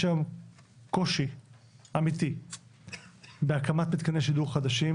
יש היום קושי אמיתי בהקמת מתקני שידור חדשים